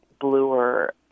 bluer